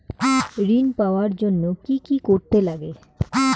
ঋণ পাওয়ার জন্য কি কি করতে লাগে?